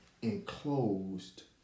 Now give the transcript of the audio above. Enclosed